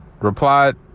Replied